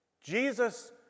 Jesus